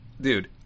Dude